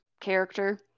character